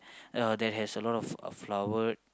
uh that has a lot of uh flower